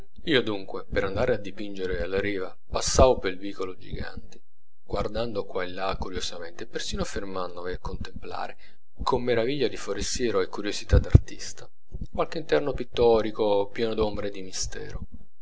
io dunque per andare a dipingere alla riva passavo pel vicolo giganti guardando qua e là curiosamente e persino fermandomi a contemplare con meraviglia di forestiero e curiosità d'artista qualche interno pittorico pieno d'ombre e di mistero